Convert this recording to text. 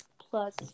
plus